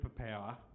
superpower